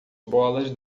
bolas